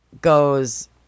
goes